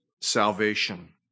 salvation